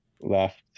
left